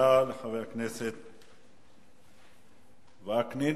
תודה לחבר הכנסת וקנין.